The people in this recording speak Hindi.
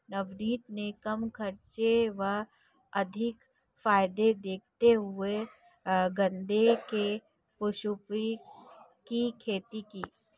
नवनीत ने कम खर्च व अधिक फायदे देखते हुए गेंदे के पुष्पों की खेती की